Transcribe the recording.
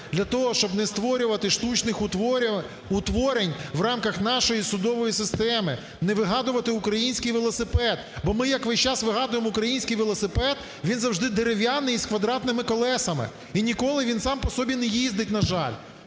для того, щоб не створювати штучних утворень в рамках нашої судової системи, не вигадувати український велосипед. Бо ми, як весь час вигадуємо український велосипед, він завжди дерев'яний і з квадратними колесами, і ніколи він сам по собі не їздить, на жаль.